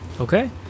okay